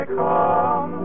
come